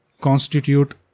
constitute